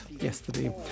yesterday